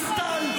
גלית דיסטל,